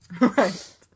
Right